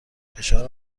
فشار